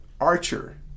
archer